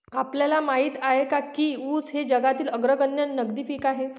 आपल्याला माहित आहे काय की ऊस हे जगातील अग्रगण्य नगदी पीक आहे?